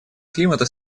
климата